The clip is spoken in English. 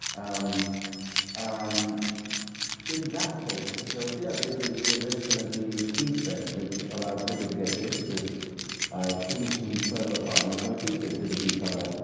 um um in that case historically i believe it was the invention of the steam train which allowed cricket to get good, because teams from further apart in the country could visit each other.